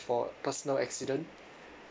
for personal accident